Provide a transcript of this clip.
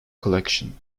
collection